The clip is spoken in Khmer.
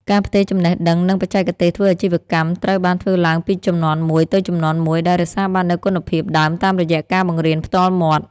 ការផ្ទេរចំណេះដឹង និងបច្ចេកទេសធ្វើអាជីវកម្មត្រូវបានធ្វើឡើងពីជំនាន់មួយទៅជំនាន់មួយ ដោយរក្សាបាននូវគុណភាពដើមតាមរយៈការបង្រៀនផ្ទាល់មាត់។